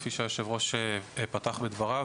כפי שהיושב-ראש פתח בדבריו,